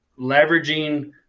leveraging